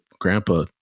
grandpa